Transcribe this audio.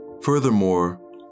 Furthermore